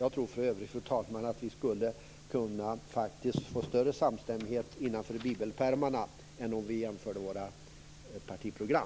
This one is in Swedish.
Jag tror för övrigt, fru talman, att vi skulle kunna få större samstämmighet innanför bibelpärmarna än om vi jämförde våra partiprogram.